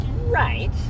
Right